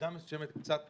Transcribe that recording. במידה מסוימת, קצת